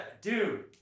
Dude